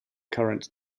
current